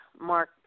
Mark